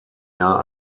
jahr